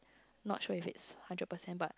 not sure if it's hundred percent but